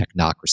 technocracy